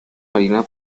marinas